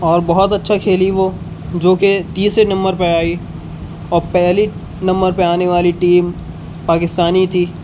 اور بہت اچھا کھیلی وہ جو کہ تیسرے نمبر پہ آئی اور پہلی نمبر پہ آنے والی ٹیم پاکستانی تھی